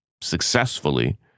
successfully